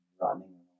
running